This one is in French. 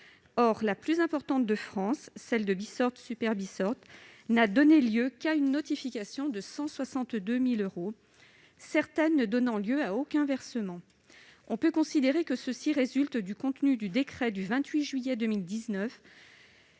Or la plus importante de France, Bissorte/Super-Bissorte, n'a donné lieu qu'à une notification de 162 000 euros, certaines ne donnant lieu à aucun versement. Cela résulte du contenu du décret du 28 juillet 2019,